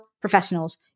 professionals